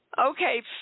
Okay